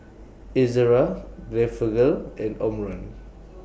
Ezerra Blephagel and Omron